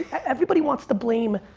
everybody wants to blame